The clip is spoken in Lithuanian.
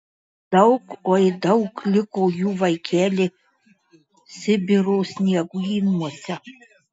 daug oi daug liko jų vaikeli sibiro sniegynuose